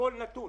וכל נתון